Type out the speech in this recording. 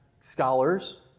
scholars